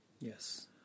Yes